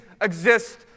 exist